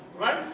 right